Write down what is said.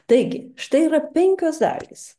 taigi štai yra penkios dalys